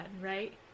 right